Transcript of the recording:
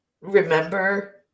remember